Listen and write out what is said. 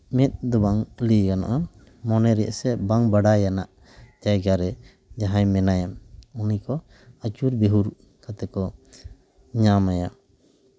ᱢᱮᱫ ᱫᱚ ᱵᱟᱝ ᱞᱟᱹᱭ ᱜᱟᱱᱚᱜᱼᱟ ᱢᱚᱱᱮᱨᱮᱭᱟᱜ ᱥᱮ ᱵᱟᱝ ᱵᱟᱰᱟᱭ ᱟᱱᱟᱜ ᱡᱟᱭᱜᱟᱨᱮ ᱡᱟᱦᱟᱸᱭ ᱢᱮᱱᱟᱭᱟ ᱩᱱᱤ ᱠᱚ ᱟᱹᱪᱩᱨ ᱵᱤᱦᱩᱨ ᱠᱟᱛᱮ ᱠᱚ ᱧᱟᱢ ᱟᱭᱟ